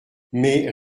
mais